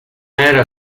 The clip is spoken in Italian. era